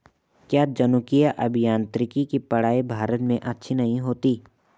क्या जनुकीय अभियांत्रिकी की पढ़ाई भारत में अच्छी नहीं होती?